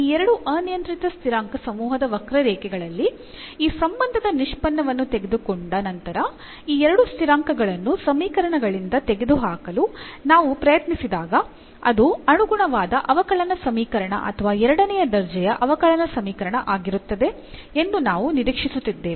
ಈ ಎರಡು ಅನಿಯಂತ್ರಿತ ಸ್ಥಿರಾಂಕ ಸಮೂಹದ ವಕ್ರರೇಖೆಗಳಲ್ಲಿ ಈ ಸಂಬಂಧದ ನಿಷ್ಪನ್ನವನ್ನು ತೆಗೆದುಕೊಂಡ ನಂತರ ಈ ಎರಡು ಸ್ಥಿರಾಂಕಗಳನ್ನು ಸಮೀಕರಣಗಳಿಂದ ತೆಗೆದುಹಾಕಲು ನಾವು ಪ್ರಯತ್ನಿಸಿದಾಗ ಅದು ಅನುಗುಣವಾದ ಅವಕಲನ ಸಮೀಕರಣ ಅಥವಾ ಎರಡನೇ ದರ್ಜೆಯ ಅವಕಲನ ಸಮೀಕರಣ ಆಗಿರುತ್ತದೆ ಎಂದು ನಾವು ನಿರೀಕ್ಷಿಸುತ್ತಿದ್ದೇವೆ